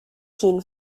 keen